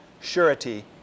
surety